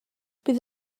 bydd